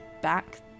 back